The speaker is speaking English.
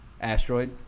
asteroid